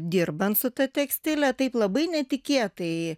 dirbant su ta tekstile taip labai netikėtai